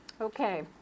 Okay